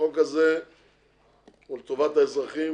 החוק הזה הוא לטובת האזרחים.